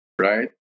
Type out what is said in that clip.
right